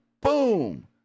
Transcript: boom